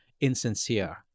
insincere